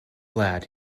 lad